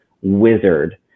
wizard